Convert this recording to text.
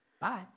Bye